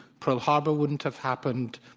pearl harbor wouldn't have happened.